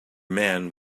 man